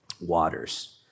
waters